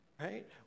right